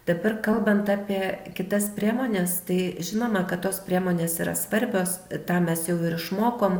dabar kalbant apie kitas priemones tai žinoma kad tos priemonės yra svarbios tą mes jau ir išmokom